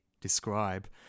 describe